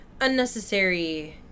unnecessary